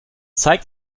zeigt